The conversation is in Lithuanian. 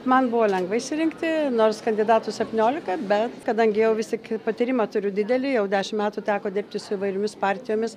man buvo lengva išsirinkti nors kandidatų septyniolika bet kadangi jau vis tik patyrimą turiu didelį jau dešimt metų teko dirbti su įvairiomis partijomis